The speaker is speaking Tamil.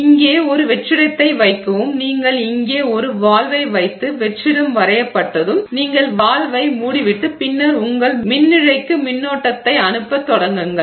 இங்கே ஒரு வெற்றிடத்தை வைக்கவும் நீங்கள் இங்கே ஒரு வால்வை வைத்து வெற்றிடம் வரையப்பட்டதும் அந்த வால்வை மூடிவிட்டு பின்னர் உங்கள் மின்னிழைக்கு மின்னோட்டத்தை அனுப்பத் தொடங்குங்கள்